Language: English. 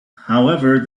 however